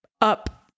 up